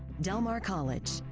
del mar college,